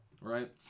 right